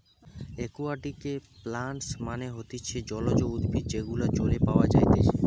একুয়াটিকে প্লান্টস মানে হতিছে জলজ উদ্ভিদ যেগুলো জলে পাওয়া যাইতেছে